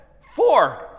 Four